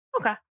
Okay